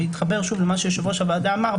ואני מתחבר שוב למה שיושב-ראש הוועדה אמר,